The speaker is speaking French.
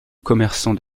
commerçants